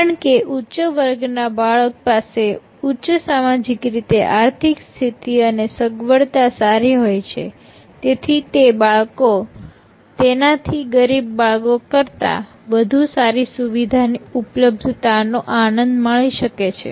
કારણકે ઉચ્ચ વર્ગ ના બાળક પાસે ઉચ્ચ સામાજિક રીતે આર્થિક સ્થિતિ અને સગવડતા સારી હોય છે તેથી તે બાળકો તેનાથી ગરીબ બાળકો કરતા વધુ સારી સુવિધા ની ઉપલબ્ધતાનો આનંદ માણી શકે છે